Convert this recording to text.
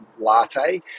latte